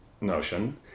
notion